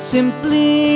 Simply